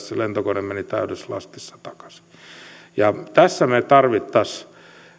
se lentokone meni täydessä lastissa takaisin tässä me tarvitsisimme